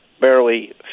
barely